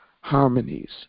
harmonies